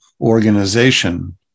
organization